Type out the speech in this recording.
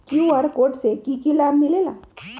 QR code से कि कि लाव मिलेला?